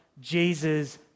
Jesus